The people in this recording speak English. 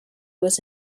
was